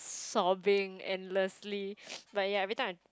sobbing and luridly but ya every time